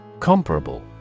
Comparable